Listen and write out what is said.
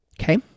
okay